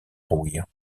rouille